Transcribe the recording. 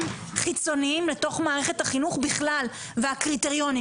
חיצוניים לתוך מערכת החינוך בכלל והקריטריונים,